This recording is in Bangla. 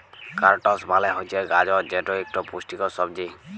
ক্যারটস মালে হছে গাজর যেট ইকট পুষ্টিকর সবজি